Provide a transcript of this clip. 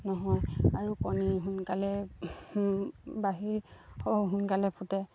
নহয় আৰু কণী সোনকালে বাহিৰ সোনকালে ফুটে